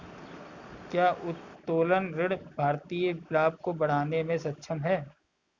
क्या उत्तोलन ऋण वित्तीय लाभ को बढ़ाने में सक्षम है?